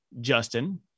Justin